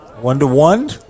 One-to-one